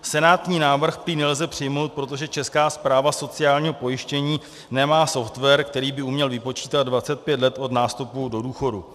Senátní návrh prý nelze přijmout proto, že Česká správa sociálního pojištění nemá software, který by uměl vypočítat 25 let od nástupu do důchodu.